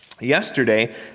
yesterday